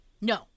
No